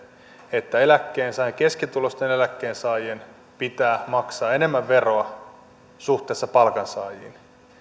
että keskituloisten eläkkeensaajien pitää maksaa enemmän veroa suhteessa palkansaajiin